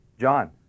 John